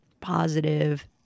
positive